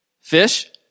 Fish